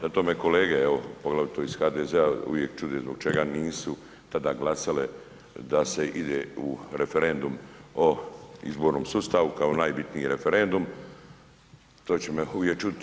Zato me kolege evo poglavito iz HDZ-a uvijek čude zbog čega nisu tada glasali da se ide u referendum o izbornom sustavu kao najbitniji referendum, to će me uvijek čuditi.